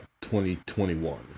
2021